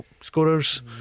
Scorers